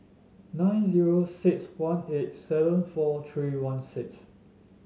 nine zero six one eight seven four three one six